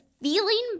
feeling